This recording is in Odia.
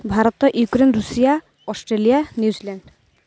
Bharat Ukraine Russia Australia New Zealand